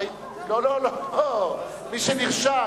לא, לא, לא, מי שנרשם.